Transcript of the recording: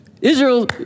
Israel